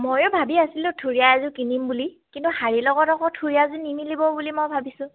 ময়ো ভাবি আছিলোঁ থুুৰীয়া এযোৰ কিনিম বুলি কিন্তু শাৰীৰ লগত আকৌ থুুৰীয়া এযোৰ নিমিলিব বুলি মই ভাবিছোঁ